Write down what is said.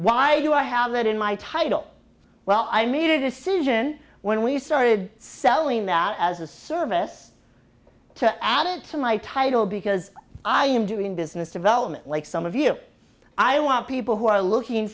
why do i have that in my title well i made a decision when we started selling that as a service to add it to my title because i am doing business development like some of you i want people who are looking